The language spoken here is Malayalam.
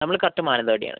നമ്മൾ കറക്റ്റ് മാനന്തവാടിയാണ്